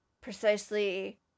precisely